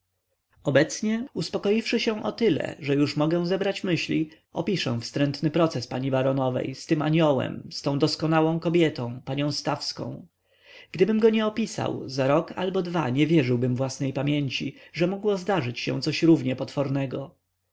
obecnie uspokoiwszy się o tyle że już mogę zebrać myśli opiszę wstrętny proces pani baronowej z tym aniołem z tą doskonałą kobietą panią stawską gdybym go nie opisał za rok albo dwa nie wierzyłbym własnej pamięci że mogło zdarzyć się coś równie potwornego